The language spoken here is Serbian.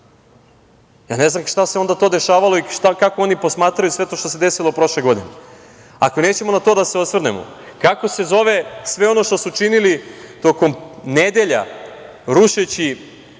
Ja ne znam šta se to onda dešavalo i kako oni posmatraju sve to što se desilo prošle godine? Ako nećemo na to da se osvrnemo, kako se zove sve ono što su činili tokom nedelja, rušeći